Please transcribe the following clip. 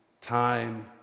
time